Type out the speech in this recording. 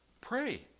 pray